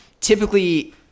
typically